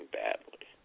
badly